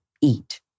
eat